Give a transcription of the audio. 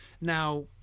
Now